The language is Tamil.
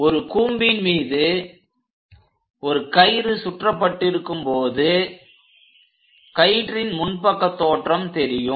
ஒரு கூம்பின் மீது ஒரு கயிறு சுற்றப்பட்டிருக்கும் போது கயிற்றின் முன் பக்க தோற்றம் தெரியும்